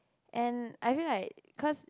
and I feel like cause